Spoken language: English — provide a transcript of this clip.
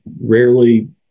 rarely